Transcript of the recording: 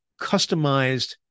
customized